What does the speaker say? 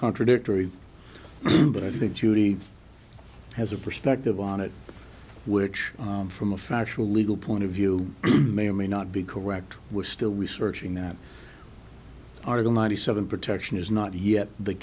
contradictory but i think julie has a perspective on it which from a factual legal point of view may or may not be correct we're still researching that article ninety seven protection is not yet the